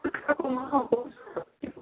पुत्काको मह पाउँछ